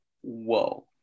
Whoa